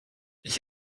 ich